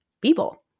people